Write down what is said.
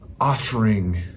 offering